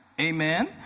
Amen